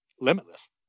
limitless